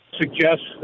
suggest